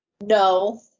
No